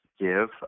give